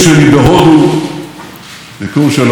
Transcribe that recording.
מאז ביקורו של ידיד אחר שלי,